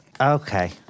Okay